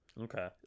Okay